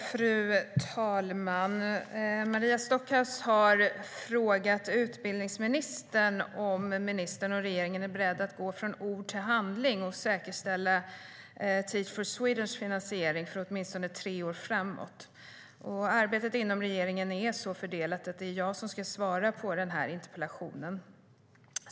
Fru talman! Maria Stockhaus har frågat utbildningsministern om ministern och regeringen är beredda att gå från ord till handling och säkerställa Teach for Swedens finansiering för åtminstone tre år framåt. Arbetet inom regeringen är så fördelat att det är jag som ska svara på interpellationen.